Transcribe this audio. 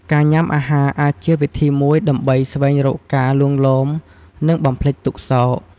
ការញ៉ាំអាហារអាចជាវិធីមួយដើម្បីស្វែងរកការលួងលោម និងបំភ្លេចទុក្ខសោក។